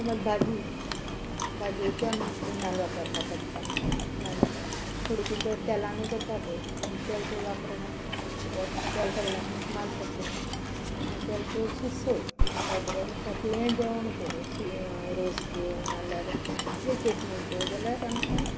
समज भाजी भाजयेकूय आमी नाल्ल वापरपा पडटा नाल्ल वापर थोडी किदें कडेन तेलान करता पळय आमी तेल चड वापरप किद्या तेल सगल्याक मात्शें माल पडटा न्हू तेल चडशी सोय खोबरे कसलेंय जेवण कर रोस नाल्यार कितें चटणी कर जाल्यार आमकां